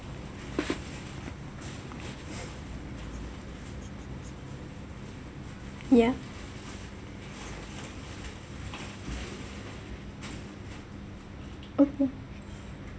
yeah okay